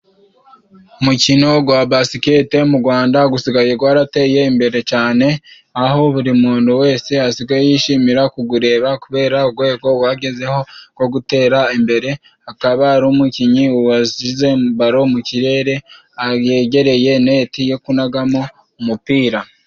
Umukino wa basikete mu Rwanda usigaye warateye imbere cyane, aho buri muntu wese asigaye yishimira kuwureba kubera urwego wagezeho wo gutera imbere akaba ari umukinnyi washyize baro mu kirere yegereye neti yo kunagamo umupira.